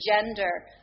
gender